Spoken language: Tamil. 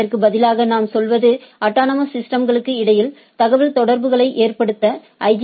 அதற்கு பதிலாக நாம் சொல்வது அட்டானமஸ் சிஸ்டம்ஸ்களுக்கு இடையில் தகவல்தொடர்புகளை ஏற்படுத்த ஐ